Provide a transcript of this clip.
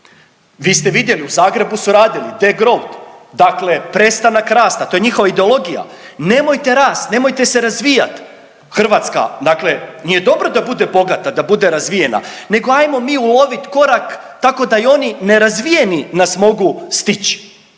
vi ste vidjeli u Zagrebu su radili de grout dakle prestanak rasta to je njihova ideologija. Nemojte rast, nemojte se razvijat Hrvatska dakle nije dobro da bude bogata da bude razvijena, nego ajmo mi ulovit korak tako da i oni nerazvijeni nas mogu stić.